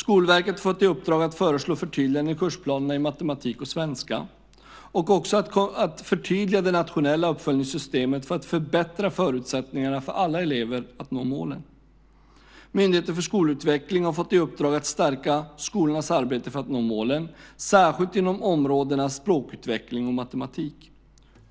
Skolverket har fått i uppdrag att föreslå förtydliganden i kursplanerna i matematik och svenska och också att förtydliga det nationella uppföljningssystemet för att förbättra förutsättningarna för alla elever att nå målen. Myndigheten för skolutveckling har fått i uppdrag att stärka skolornas arbete för att nå målen, särskilt inom områdena språkutveckling och matematik.